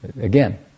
again